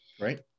Right